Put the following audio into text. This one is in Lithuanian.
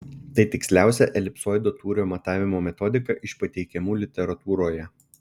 tai tiksliausia elipsoido tūrio matavimo metodika iš pateikiamų literatūroje